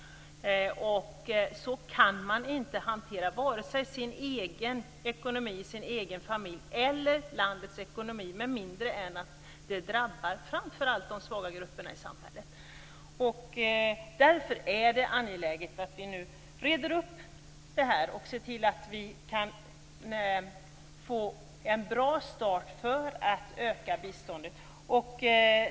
Så kan man inte hantera vare sin egen/sin familjs ekonomi eller landets ekonomi med mindre än att det drabbar framför allt de svaga grupperna i samhället. Därför är det angeläget att vi nu reder upp detta och ser till att vi kan få en bra start för att öka biståndet.